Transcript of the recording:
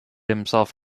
himself